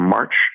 March